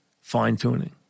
fine-tuning